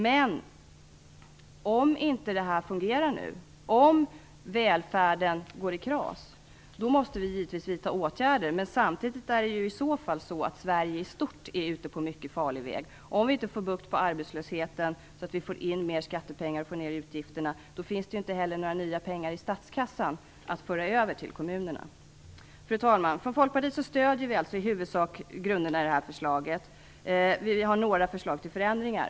Men om detta nu inte fungerar, om välfärden går i kras, måste vi givetvis vidta åtgärder. Samtidigt är Sverige i stort i så fall ute på en mycket farlig väg. Om vi inte får bukt med arbetslösheten, så att vi får in mer skattepengar och får ned utgifterna, finns det inte heller några nya pengar i statskassan att föra över till kommunerna. Fru talman! Från Folkpartiet stöder vi alltså i huvudsak grunderna i det här förslaget. Vi har några förslag till förändringar.